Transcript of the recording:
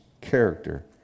character